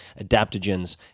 adaptogens